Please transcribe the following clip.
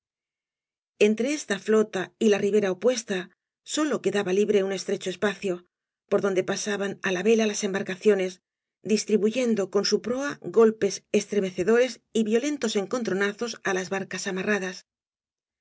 entre esta flota y la ribera opuesta sólo queda ba libre un estrecho espacio por donde pasaban á la vela las embarcaciones distribuyendo con bu proa golpes estremecedores y violentos encon tronazob á las barcas amarradas